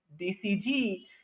DCG